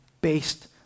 based